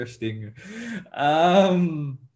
Interesting